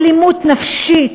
אלימות נפשית,